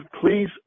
please